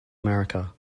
america